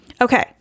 Okay